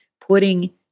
putting